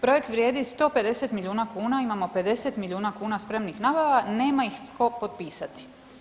Projekt vrijedi 150 milijuna kuna, imamo 50 milijuna kuna spremnih, navala, nema ih tko potpisati.